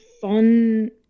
fun